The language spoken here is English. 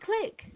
Click